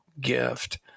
gift